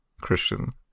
Christian